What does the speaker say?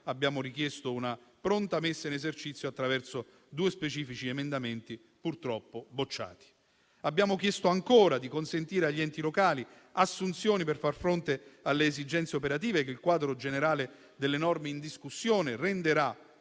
abbiamo richiesto una pronta messa in esercizio attraverso due specifici emendamenti, purtroppo bocciati. Abbiamo chiesto ancora di consentire agli enti locali assunzioni per far fronte alle esigenze operative, che il quadro generale delle norme in discussione renderà